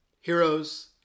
Heroes